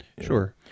Sure